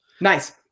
Nice